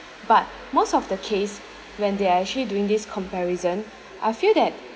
but most of the case when they are actually doing this comparison I feel that